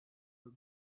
her